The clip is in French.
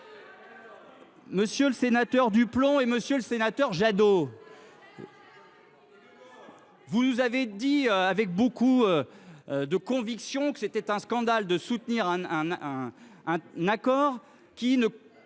Monsieur le sénateur Duplomb, monsieur le sénateur Jadot, vous nous avez dit avec beaucoup de conviction que c’était un scandale de soutenir un accord qui ne